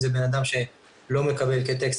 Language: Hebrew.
אם זה בנאדם שלא מקבל כטקסט,